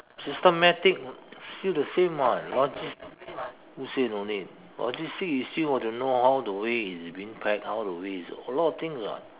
systematic still the same [what] logis~ who say no need logistic you still got to know how the way it's being packed how the way it's a lot of things [what]